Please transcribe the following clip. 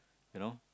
you know